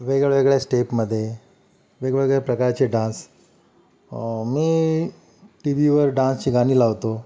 वेगळ्या वेगळ्या स्टेपमध्ये वेगवेगळ्या प्रकारचे डान्स मी टी वीवर डान्सची गाणी लावतो